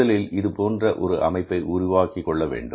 முதலில் இது போன்ற ஒரு அமைப்பை உருவாக்கிக் கொள்ள வேண்டும்